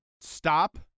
stop